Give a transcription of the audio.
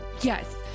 yes